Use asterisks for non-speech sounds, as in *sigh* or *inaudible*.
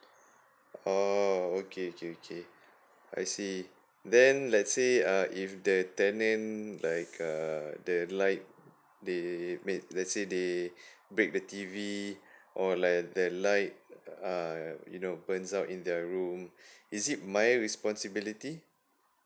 oh okay okay okay *breath* I see then let's say uh if the tenant like uh the light they make let's say they *breath* bake the T_V *breath* or like the light uh you know burns out in their room *breath* is it my responsibility